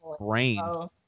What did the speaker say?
brain